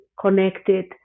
connected